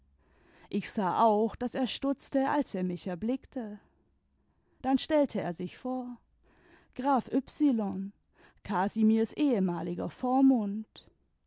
ich sah auch daß er stutzte als er mich erblickte dann stellte er sich vor graf y casimirs ehemaliger vormund